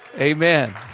Amen